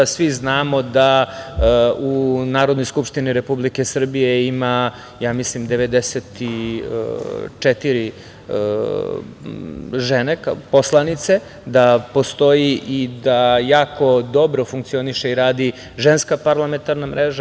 Svi znamo da u Narodnoj skupštini Republike Srbije ima, ja mislim, 94 poslanice, da postoji i da dobro funkcioniše i radi Ženska parlamentarna mreža.